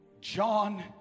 John